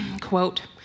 quote